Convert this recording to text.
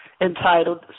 entitled